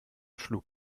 schlug